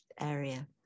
area